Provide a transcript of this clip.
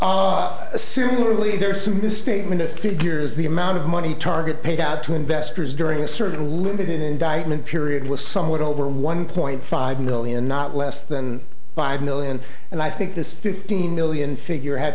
t similarly there are some misstatement of figures the amount of money target paid out to investors during a certain limited indictment period was somewhat over one point five million not less than five million and i think this fifteen million figure had